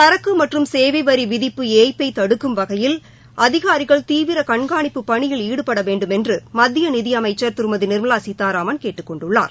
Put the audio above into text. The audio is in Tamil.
சரக்கு மற்றும் சேவை வரி விதிப்பு ஏய்ப்பை தடுக்கும் வகையில் அதிகாரிகள் தீவிர கண்காணிப்புப் பணியில் ஈடுபட வேண்டுமென்று மத்திய நிதி அமைச்சர் திருமதி நா்மலா சீதாராமன் கேட்டுக் கொண்டுள்ளார்